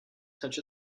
such